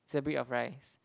is a breed of rice